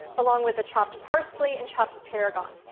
along with the chopped parsley and chopped tarragon.